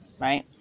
right